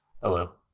Hello